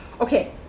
Okay